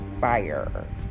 fire